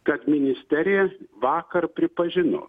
kad ministerija vakar pripažino